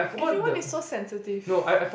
everyone is so sensitive